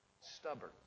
stubborn